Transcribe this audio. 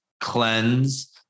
cleanse